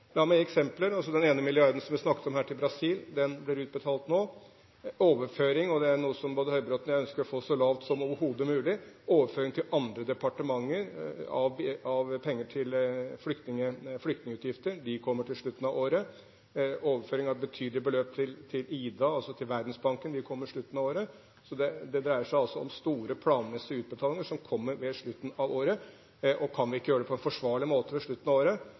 La meg gi eksempler: Ta den ene milliarden kroner som vi snakket om her til Brasil – den blir utbetalt nå. Overføringer er noe som både Høybråten og jeg ønsker å få så lavt som overhodet mulig. Overføring av penger til flyktningutgifter til andre departementer kommer på slutten av året, og overføring av betydelige beløp til IDA, altså til Verdensbanken, vil komme på slutten av året. Så det dreier seg om store, planmessige utbetalinger som kommer ved slutten av året. Kan vi ikke gjøre det på en forsvarlig måte ved slutten av året,